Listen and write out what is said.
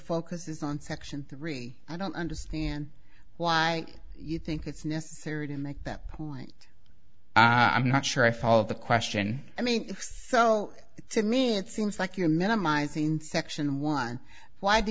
focuses on section three i don't understand why you think it's necessary to make that point i'm not sure i follow the question i mean so to me it seems like you're minimizing section one why do